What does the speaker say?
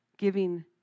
Giving